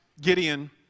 Gideon